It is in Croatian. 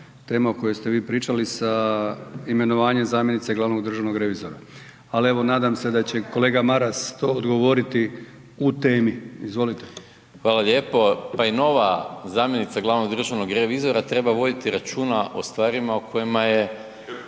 tema o kojoj ste vi pričali sa imenovanjem zamjenice glavnog državnog revizora, al evo nadam se da će kolega Maras to odgovoriti u temi. Izvolite. **Maras, Gordan (SDP)** Hvala lijepo. Pa i nova zamjenica glavnog državnog revizora treba voditi računa o stvarima o kojima je